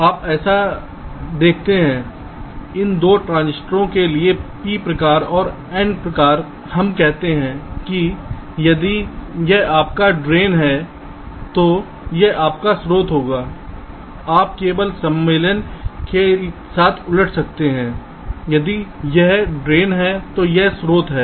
आप ऐसा देखते हैं इन 2 ट्रांजिस्टरों के लिए P प्रकार और N प्रकार हम कहते हैं कि यदि यह आपका ड्रेन है तो यह आपका स्रोत होगा आप केवल सम्मेलन के साथ उलट सकते हैं यदि यह ड्रेन है तो यह स्रोत है